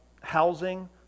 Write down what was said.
housing